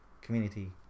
community